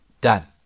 done